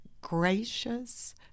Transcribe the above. gracious